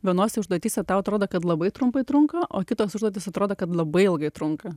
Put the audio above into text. vienose užduotyse tau atrodo kad labai trumpai trunka o kitos užduotys atrodo kad labai ilgai trunka